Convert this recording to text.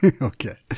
Okay